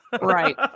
Right